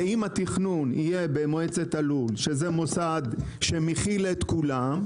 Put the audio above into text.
אם התכנון יהיה במועצת הלול שזה מוסד שמכיל את כולם,